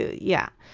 yeah.